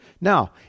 Now